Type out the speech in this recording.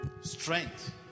Strength